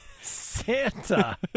Santa